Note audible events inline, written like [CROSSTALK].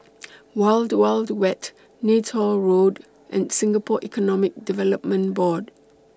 [NOISE] Wild Wild Wet Neythal Road and Singapore Economic Development Board